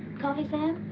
coffee, sam?